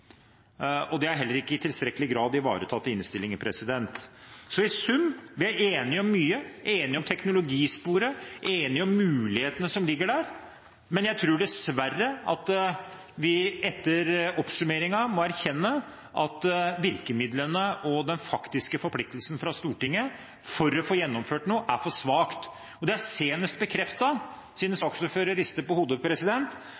heller ikke i tilstrekkelig grad ivaretatt i innstillingen. Så i sum: Vi er enige om mye, enige om teknologisporet, enige om mulighetene som ligger der, men jeg tror dessverre at vi etter oppsummeringen må erkjenne at virkemidlene og den faktiske forpliktelsen fra Stortinget for å få gjennomført noe, er for svak. Det er senest bekreftet siden saksordføreren rister på hodet